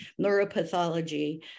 neuropathology